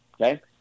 okay